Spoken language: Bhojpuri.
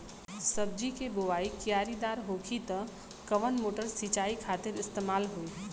सब्जी के बोवाई क्यारी दार होखि त कवन मोटर सिंचाई खातिर इस्तेमाल होई?